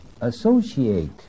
associate